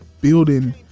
building